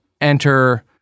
enter